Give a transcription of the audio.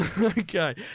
Okay